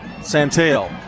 Santel